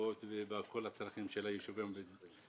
במצוקות ובכל הצרכים של היישובים הבדואים.